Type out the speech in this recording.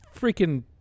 freaking